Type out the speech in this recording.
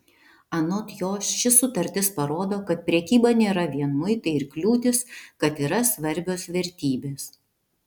anot jo ši sutartis parodo kad prekyba nėra vien muitai ir kliūtys kad yra svarbios vertybės